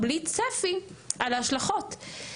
בלי צפי על ההשלכות,